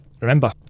remember